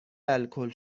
الکل